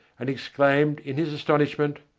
and exclaimed in his astonishment,